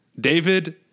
David